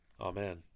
Amen